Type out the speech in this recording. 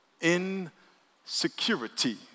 insecurity